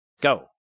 Go